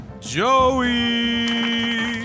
joey